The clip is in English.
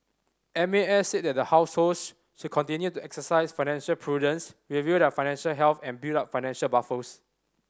M A S said that households should continue to exercise financial prudence review their financial health and build up financial buffers